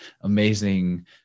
amazing